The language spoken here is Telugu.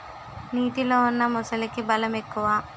నీటిలో ఉన్న మొసలికి బలం ఎక్కువ